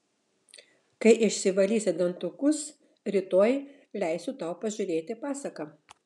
kai išsivalysi dantukus rytoj leisiu tau pažiūrėti pasaką